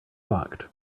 blocked